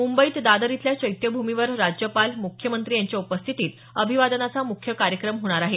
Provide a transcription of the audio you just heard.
मुंबईत दादर इथल्या चैत्यभूमीवर राज्यपाल मुख्यमंत्री यांच्या उपस्थितीत अभिवादनाचा मुख्य कार्यक्रम होणार आहे